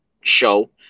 show